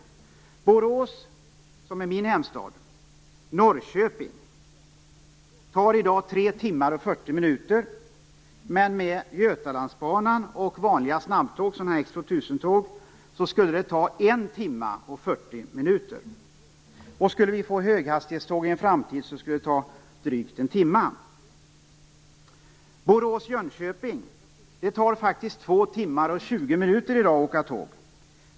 Att åka från Borås, som är min hemstad, till Norrköping tar i dag 3 timmar och 40 minuter. Med Götalandsbanan och vanliga snabbtåg - X 2000 - skulle det ta 1 timme och 40 minuter. Om vi i en framtid skulle få höghastighetståg skulle det ta drygt en timme. Att åka från Borås till Jönköping tar i dag faktiskt 2 timmar och 20 minuter.